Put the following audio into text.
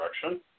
direction